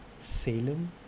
salem